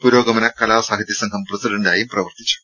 പുരോഗമന കലാസാഹിത്യസംഘം പ്രസിഡന്റായും പ്രവർത്തിച്ചു